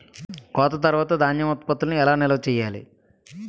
కోత తర్వాత ధాన్యం ఉత్పత్తులను ఎలా నిల్వ చేయాలి?